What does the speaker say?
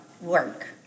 work